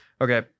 Okay